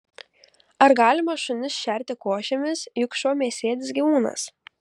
ar galima šunis šerti košėmis juk šuo mėsėdis gyvūnas